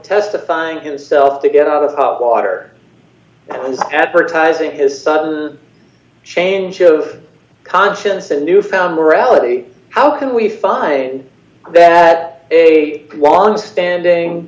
testifying himself to get out of the water and advertising his sudden change of conscience and newfound morality how can we find that a long standing